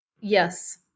Yes